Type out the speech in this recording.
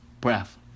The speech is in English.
breath